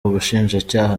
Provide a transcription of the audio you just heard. ubushinjacyaha